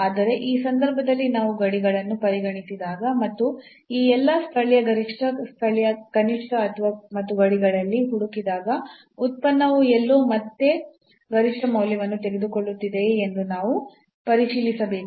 ಆದರೆ ಈ ಸಂದರ್ಭದಲ್ಲಿ ನಾವು ಗಡಿಗಳನ್ನು ಪರಿಗಣಿಸಿದಾಗ ಮತ್ತು ಈ ಎಲ್ಲಾ ಸ್ಥಳೀಯ ಗರಿಷ್ಠ ಸ್ಥಳೀಯ ಕನಿಷ್ಠ ಮತ್ತು ಗಡಿಗಳಲ್ಲಿ ಹುಡುಕಿದಾಗ ಉತ್ಪನ್ನವು ಎಲ್ಲೋ ಮತ್ತೆ ಗರಿಷ್ಠ ಮೌಲ್ಯವನ್ನು ತೆಗೆದುಕೊಳ್ಳುತ್ತಿದೆಯೇ ಎಂದು ನಾವು ಪರಿಶೀಲಿಸಬೇಕು